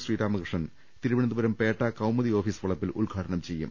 Sreeramakrishnan Thiruvananthapuram Pettah Kaumudi office വളപ്പിൽ ഉദ്ഘാടനം ചെയ്യും